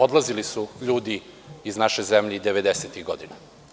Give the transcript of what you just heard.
Odlazili su ljudi iz naše zemlji i 90-ih godina.